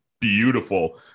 beautiful